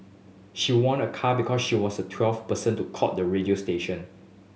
she won a car because she was the twelfth person to call the radio station